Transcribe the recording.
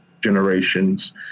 generations